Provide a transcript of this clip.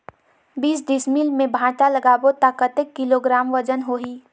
बीस डिसमिल मे भांटा लगाबो ता कतेक किलोग्राम वजन होही?